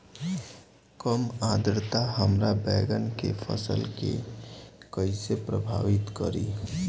कम आद्रता हमार बैगन के फसल के कइसे प्रभावित करी?